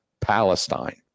Palestine